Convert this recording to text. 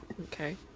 Okay